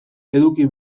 eduki